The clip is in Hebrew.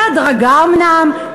בהדרגה אומנם,